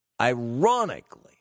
Ironically